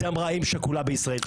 את זה אמרה אם שכולה בישראל.